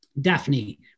Daphne